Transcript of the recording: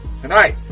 tonight